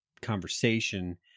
conversation